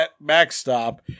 backstop